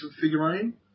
figurine